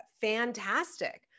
fantastic